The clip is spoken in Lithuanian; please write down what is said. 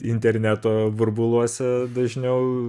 interneto burbuluose dažniau